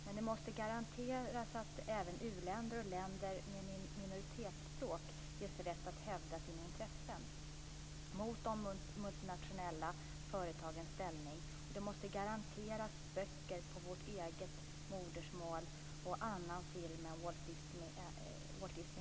Men det måste garanteras att även u-länder och länder med minoritetsspråk ges rätt att hävda sina intressen mot de multinationella företagen. Det måste garanteras böcker på vårt eget modersmål och annan film än Walt Disneys även i framtiden.